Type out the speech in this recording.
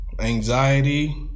anxiety